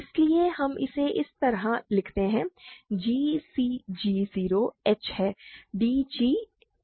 इसलिए हम इसे इस तरह लिखते हैं g cg 0 h है d h 0